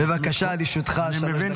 בבקשה, לרשותך שלוש דקות.